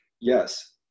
Yes